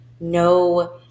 no